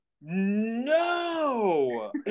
No